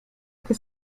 que